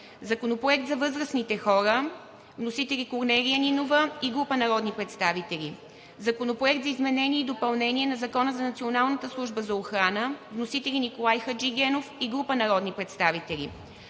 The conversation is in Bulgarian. Законопроект за възрастните хора. Вносители – Корнелия Нинова и група народни представители. Законопроект за изменение и допълнение на Закона за Националната служба за охрана. Вносители – Николай Хаджигенов и група народни представители.